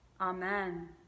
Amen